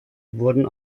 wurden